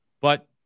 but-